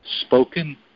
spoken